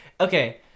okay